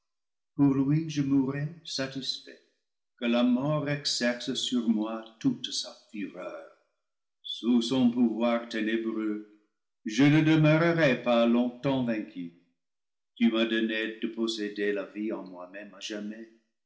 je mourrai satisfait que la mort exerce sur moi toute sa fureur sous son pouvoir ténébreux je ne demeurerai pas longtemps vaincu tu m'as donné de posséder la vie en moilivre iii même à jamais